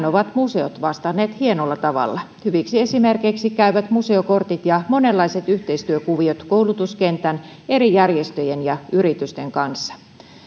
ovat museot vastanneet hienolla tavalla hyviksi esimerkeiksi käyvät museokortit ja monenlaiset yhteistyökuviot koulutuskentän eri järjestöjen ja yritysten kanssa